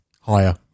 Higher